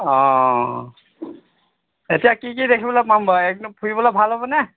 অ' এতিয়া কি কি দেখিবলৈ পাম বাৰু একদম ফুৰিবলৈ ভাল হ'বনে